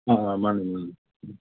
ꯑꯥ ꯑꯥ ꯃꯅꯤ ꯃꯅꯤ